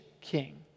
King